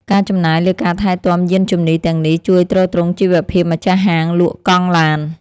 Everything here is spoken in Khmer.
ការចំណាយលើការថែទាំយានជំនិះទាំងនេះ ជួយទ្រទ្រង់ជីវភាពម្ចាស់ហាងលក់កង់ឡាន។